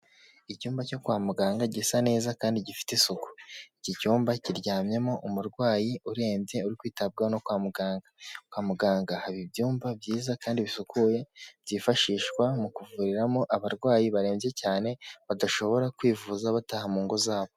Icyumba cyo kwa muganga gisa neza kandi gifite isuku, iki cyumba kiryamyemo umurwayi urembye uri kwitabwaho no kwa muganga. Kwa muganga haba ibyumba byiza kandi bisukuye byifashishwa mu kuvuriramo abarwayi barembye cyane badashobora kwivuza bataha mu ngo zabo.